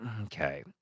okay